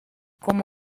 como